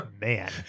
Man